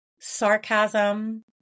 sarcasm